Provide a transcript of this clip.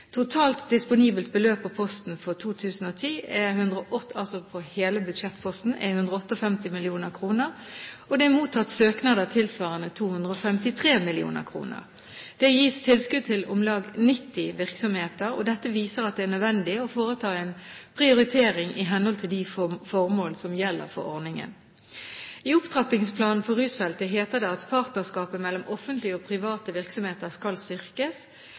Totalt disponibelt beløp på posten for 2010, altså på hele budsjettposten, er 158 mill. kr, og det er mottatt søknader tilsvarende 253 mill. kr. Det gis tilskudd til om lag 90 virksomheter. Dette viser at det er nødvendig å foreta en prioritering i henhold til de formål som gjelder for ordningen. I opptrappingsplanen for rusfeltet heter det at partnerskapet mellom offentlige og private virksomheter skal styrkes.